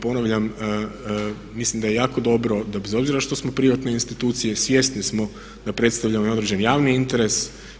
Ponavljam, mislim da je jako dobro da bez obzira što smo privatne institucije svjesni smo da predstavljamo i određeni javni interes.